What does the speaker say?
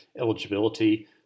eligibility